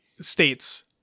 states